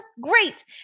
Great